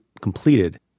completed